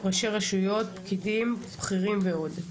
(ראשי רשויות, פקידים, בכירים ועוד)